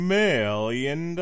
million